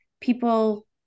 people